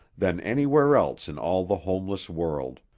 than anywhere else in all the homeless world.